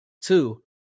Two